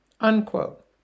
unquote